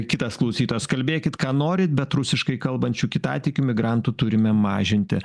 kitas klausytojas kalbėkit ką norit bet rusiškai kalbančių kitatikių migrantų turime mažinti